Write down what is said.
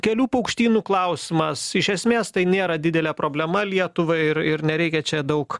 kelių paukštynų klausimas iš esmės tai nėra didelė problema lietuvai ir ir nereikia čia daug